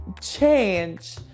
change